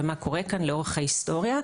ומה קורה כאן לאורך ההיסטוריה,